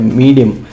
medium